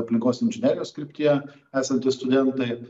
aplinkos inžinerijos kryptyje esantys studentai